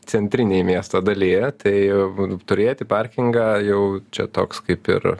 centrinėj miesto dalyje tai turėti parkingą jau čia toks kaip ir